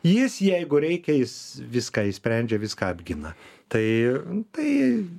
jis jeigu reikia jis viską išsprendžia viską apgina tai tai